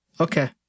Okay